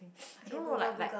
I don't know like like